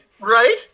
right